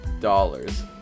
dollars